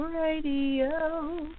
Radio